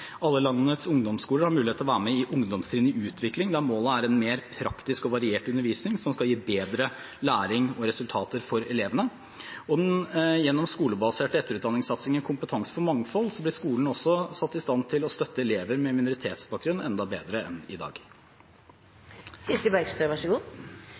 Alle landets ungdomsskoler har mulighet til å være med i Ungdomstrinn i utvikling, der målet er en mer praktisk og variert undervisning som skal gi bedre læring og resultater for elevene. Og gjennom den skolebaserte etterutdanningssatsingen Kompetanse for mangfold ble skolene også satt i stand til å støtte elever med minoritetsbakgrunn enda bedre enn i dag.